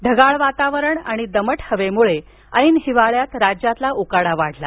ढगाळ वातावरण आणि दमट हवेमुळे ऐन हिवाळ्यात राज्यात उकाडा वाढला